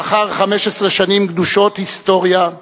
לאחר 15 שנים גדושות היסטוריה,